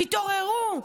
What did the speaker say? תתעוררו.